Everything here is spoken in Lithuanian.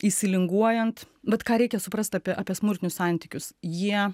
įsilinguojant bet ką reikia suprast apie apie smurtinius santykius jie